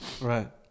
Right